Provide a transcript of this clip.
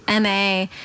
MA